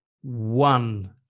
one